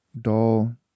doll